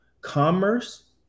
commerce